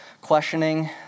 questioning